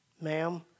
ma'am